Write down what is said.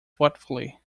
thoughtfully